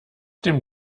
dem